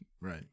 Right